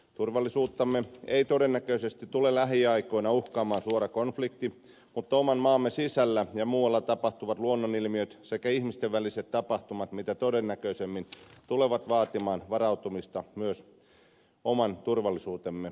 turvallisuuttamme ei todennäköisesti tule lähiaikoina uhkaamaan suora konflikti mutta oman maamme sisällä ja muualla tapahtuvat luonnonilmiöt sekä ihmisten väliset tapahtumat mitä todennäköisimmin tulevat vaatimaan varautumista myös oman turvallisuutemme osalta